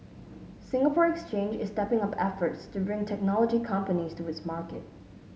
Singapore Exchange is stepping up efforts to bring technology companies to its market